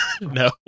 no